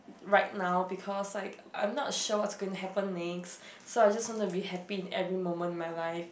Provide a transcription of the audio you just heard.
right now because like I'm not sure what's gonna happen next so I just want to be happy in every moment in my life